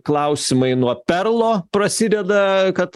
klausimai nuo perlo prasideda kad